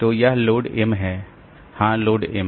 तो यह load M हां लोड M